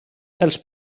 els